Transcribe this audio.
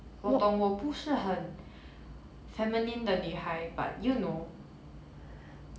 我懂我不是很 feminine 的女孩 but you know